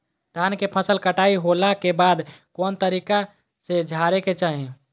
धान के फसल कटाई होला के बाद कौन तरीका से झारे के चाहि?